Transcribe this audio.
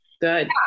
good